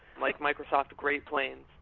like microsoft great plains.